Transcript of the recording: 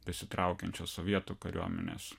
besitraukiančios sovietų kariuomenės